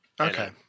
Okay